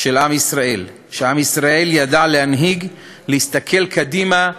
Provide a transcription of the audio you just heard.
של עם ישראל, שעם ישראל ידע להנהיג, להסתכל קדימה,